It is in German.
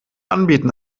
anbieten